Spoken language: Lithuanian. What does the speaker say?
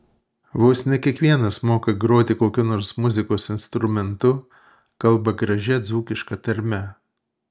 vos ne kiekvienas moka groti kokiu nors muzikos instrumentu kalba gražia dzūkiška tarme